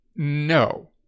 No